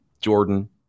Jordan